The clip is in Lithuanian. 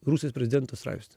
rusijos prezidento straipsnio